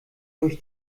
durch